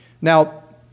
Now